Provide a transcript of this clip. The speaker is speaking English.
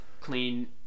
clean